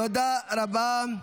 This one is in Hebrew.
תודה רבה.